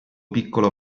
piccolo